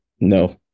no